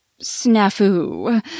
snafu